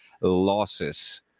losses